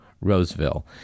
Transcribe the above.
Roseville